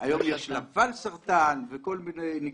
היום יש ואלסרטן וכל מיני נגזרות.